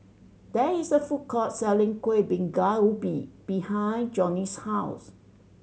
there is a food court selling Kueh Bingka Ubi behind Johnny's house